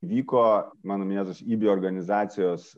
vyko mano minėtos ibi organizacijos